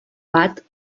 bat